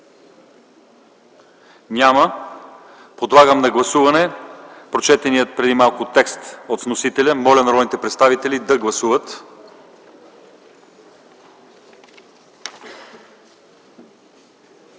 Няма. Подлагам на гласуване прочетения преди малко текст на вносителя. Моля, народните представители да гласуват.